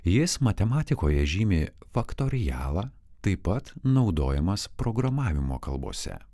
jis matematikoje žymi faktorialą taip pat naudojamas programavimo kalbose